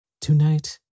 Tonight